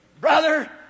Brother